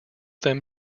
them